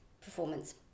performance